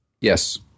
Yes